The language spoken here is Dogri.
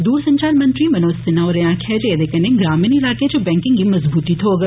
दूर संचार मंत्री मनोज सिन्हा होरें आक्खेआ जे एह्दे कन्नै ग्रामीण इलाकें च बैंकें गी मजबूती थ्होग